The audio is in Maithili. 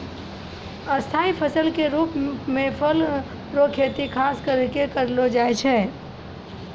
स्थाई फसल के रुप मे फल रो खेती खास करि कै करलो जाय छै